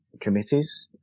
committees